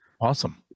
Awesome